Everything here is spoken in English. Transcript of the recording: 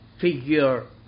figure